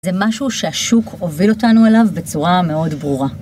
זה משהו שהשוק הוביל אותנו אליו בצורה מאוד ברורה.